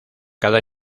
cada